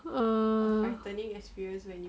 err